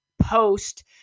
post